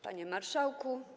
Panie Marszałku!